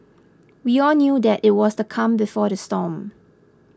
we all knew that it was the calm before the storm